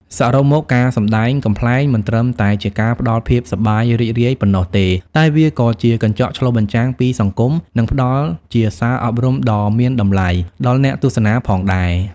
សរុបមក ការសម្ដែងកំប្លែងមិនត្រឹមតែជាការផ្ដល់ភាពសប្បាយរីករាយប៉ុណ្ណោះទេ តែវាក៏ជាកញ្ចក់ឆ្លុះបញ្ចាំងពីសង្គម និងផ្ដល់ជាសារអប់រំដ៏មានតម្លៃ ដល់អ្នកទស្សនាផងដែរ។